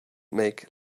make